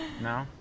No